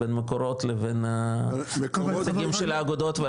בין מקורות לבין הנציגים של האגודות וראשי המועצות.